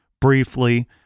briefly